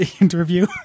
interview